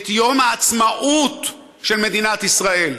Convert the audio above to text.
את יום העצמאות של מדינת ישראל.